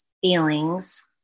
feelings